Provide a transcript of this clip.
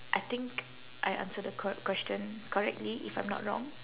I think I answer the cor~ question correctly if I'm not wrong